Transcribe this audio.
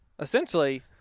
essentially